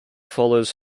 follows